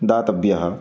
दातव्यः